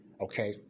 Okay